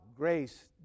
Grace